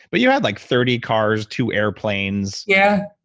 but you had like thirty cars, two airplanes yeah,